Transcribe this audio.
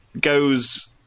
goes